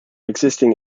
existing